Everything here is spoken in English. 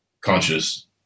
conscious